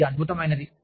ఇది అద్భుతమైనది